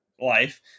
life